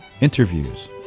interviews